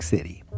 City